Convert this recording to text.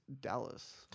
Dallas